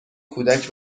کودک